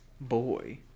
boy